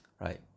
right